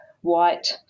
white